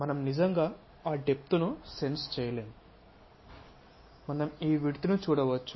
మనం నిజంగా ఆ డెప్త్ ను సెన్స్ చేయలేము మనం ఈ విడ్త్ ని చూడవచ్చు